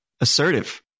assertive